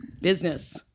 Business